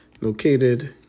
located